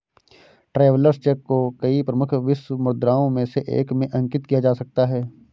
travellers cheque को कई प्रमुख विश्व मुद्राओं में से एक में अंकित किया जा सकता है